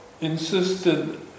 insisted